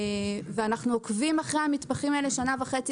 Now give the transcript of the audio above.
ואנחנו עוקבים אחרי המתמחים האלה שנה וחצי,